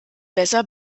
besser